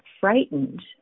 frightened